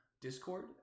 Discord